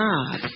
God